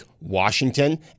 Washington